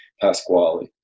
Pasquale